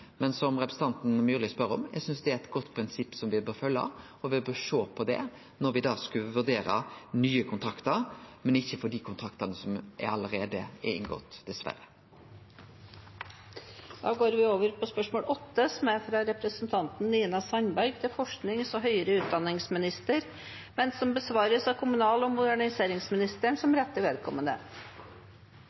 Men når det gjeld det representanten Myrli spør om: Eg synest det er eit godt prinsipp som me bør følgje, og me bør sjå på det når me skal vurdere nye kontraktar, men ikkje for dei kontraktane som allereie er inngått – diverre. Dette spørsmålet, fra representanten Nina Sandberg til forsknings- og høyere utdanningsministeren, vil bli besvart av kommunal- og moderniseringsministeren som rette